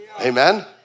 Amen